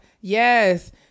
Yes